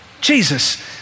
Jesus